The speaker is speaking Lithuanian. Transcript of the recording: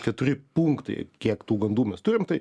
keturi punktai kiek tų gandų mes turim tai